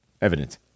evident